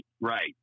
right